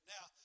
Now